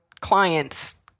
clients